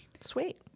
Sweet